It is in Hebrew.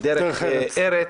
-- דרך ארץ,